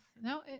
no